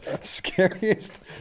scariest